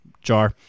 jar